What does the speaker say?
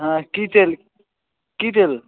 হ্যাঁ কী তেল কী তেল